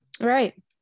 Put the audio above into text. right